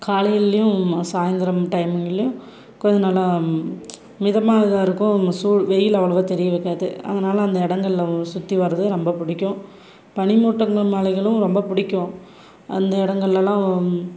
காலையிலையும் சாய்ந்தர டைமுங்கள்லையும் கொஞ்சம் நல்லா மிதமாக இதாக இருக்கும் சூ வெயில் அவ்வளோவா தெரிய வைக்காது அதனால் அந்த இடங்கள்ல சுற்றி வர்றது ரொம்ப பிடிக்கும் பனிமூட்டங்க மலைகளும் ரொம்ப பிடிக்கும் அந்த இடங்கள்லலாம்